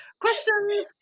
questions